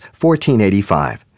1485